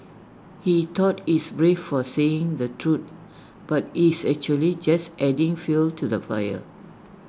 he thought he's brave for saying the truth but he's actually just adding fuel to the fire